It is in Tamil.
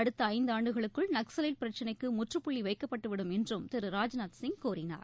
அடுத்தஐந்தாண்டுகளுக்குள் நக்ஸலைட் பிரச்சினைக்குமுற்றுப்புள்ளிவைக்கப்பட்டுவிடும் என்றும் திரு ராஜ்நாத் சிங் கூறினார்